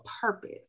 purpose